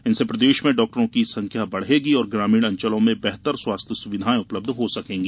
इनसे प्रदेश में डॉक्टरों की संख्या बढ़ेगी और ग्रामीण अंचलों में बेहतर स्वास्थ्य सुविधाएं उपलब्ध हो सकेंगी